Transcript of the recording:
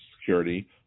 security